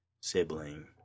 sibling